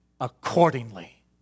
accordingly